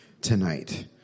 tonight